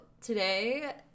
today